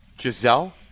Giselle